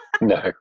No